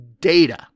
data